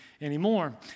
anymore